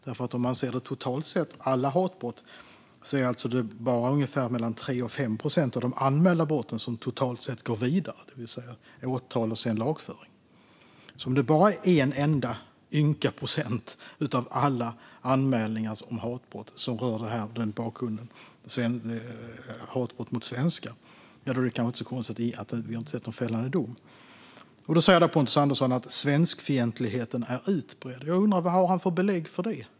Av alla anmälda hatbrott totalt sett är det bara mellan 3 och 5 procent som går vidare till åtal och lagföring. Om det bara är en ynka procent av alla anmälningar om hatbrott som rör hatbrott mot svenskar är det kanske inte så konstigt att vi inte har sett någon fällande dom. Pontus Andersson säger att svenskfientligheten är utbredd. Vad har han för belägg för det?